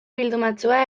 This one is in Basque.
bildumatxoa